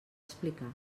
explicar